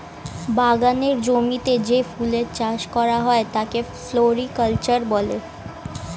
বাগানের জমিতে যে ফুলের চাষ করা হয় তাকে ফ্লোরিকালচার বলে